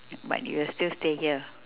but you will still stay here